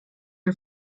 are